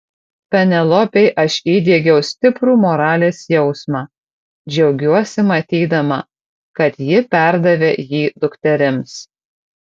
penelopei aš įdiegiau stiprų moralės jausmą džiaugiuosi matydama kad ji perdavė jį dukterims